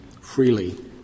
freely